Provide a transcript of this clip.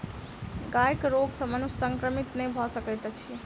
गायक रोग सॅ मनुष्य संक्रमित नै भ सकैत अछि